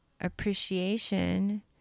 appreciation